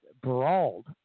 brawled